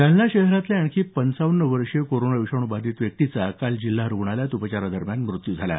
जालना शहरातल्या आणखी एका पंचावन्न वर्षीय कोरोना विषाणू बाधित व्यक्तीचा काल जिल्हा रुग्णालयात उपचारादरम्यान मृत्यू झाला